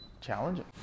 challenging